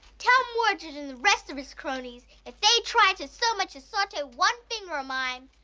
tell mordred and the rest of his cronies if they try to so much as saute one finger of mine,